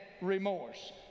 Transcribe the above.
remorse